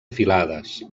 filades